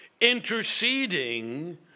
interceding